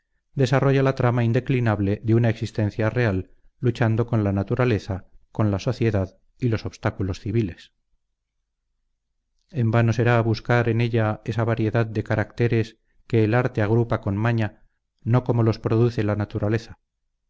desarrolla la trama indeclinable de una existencia real luchando con la naturaleza con la sociedad y los obstáculos civiles en vano será buscar en ella esa variedad de caracteres que el arte agrupa con maña no como los produce la naturaleza